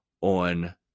on